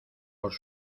por